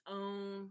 own